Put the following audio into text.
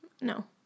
No